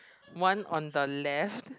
one on the left